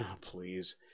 please